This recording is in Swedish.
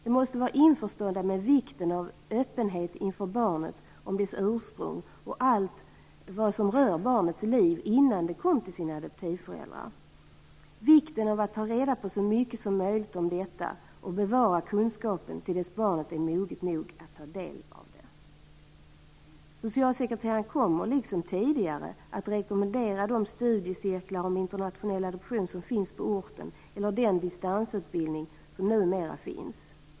De måste vara införstådda med vikten av öppenhet inför barnet om dess ursprung och allt vad som rör barnets liv innan det kom till sina adoptivföräldrar, samt vikten av att ta reda på så mycket som möjligt om detta och bevara kunskapen till dess barnet är moget nog att ta del av det. Socialsekreteraren kommer, liksom tidigare, att rekommendera de studiecirklar om internationell adoption som finns på orten eller den distansutbildning som numera finns.